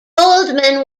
goldman